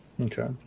Okay